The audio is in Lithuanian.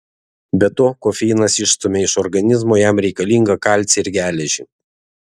be to kofeinas išstumia iš organizmo jam reikalingą kalcį ir geležį